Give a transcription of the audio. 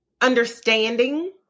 understanding